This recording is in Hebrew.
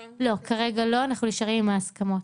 לא, כרגע לא, אנחנו נשארים עם ההסכמות.